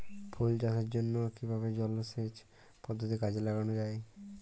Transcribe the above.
ফুল চাষের জন্য কিভাবে জলাসেচ পদ্ধতি কাজে লাগানো যাই?